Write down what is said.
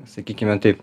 sakykime taip